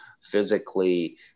physically